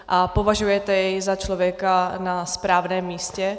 A považujete jej za člověka na správném místě?